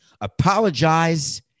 apologize